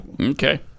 Okay